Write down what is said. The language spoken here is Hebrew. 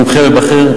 מומחה ובכיר,